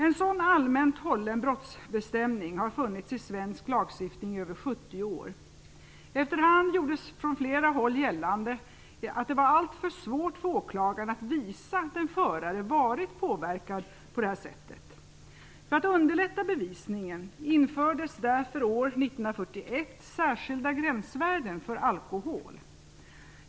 En sådan allmänt hållen brottsbestämning har funnits i svensk lagstiftning i över 70 år. Efter hand gjordes från flera hålla gällande att det var alltför svårt för åklagaren att visa att en förare varit påverkad på detta sätt. För att underlätta bevisningen infördes därför år 1941 särskilda gränsvärden för alkohol.